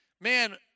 man